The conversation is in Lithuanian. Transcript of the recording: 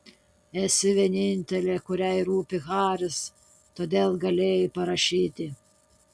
esi vienintelė kuriai rūpi haris todėl galėjai parašyti